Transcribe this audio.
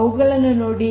ಅವುಗಳನ್ನು ನೋಡಿ